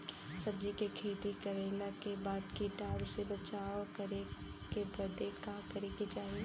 सब्जी के खेती कइला के बाद कीटाणु से बचाव करे बदे का करे के चाही?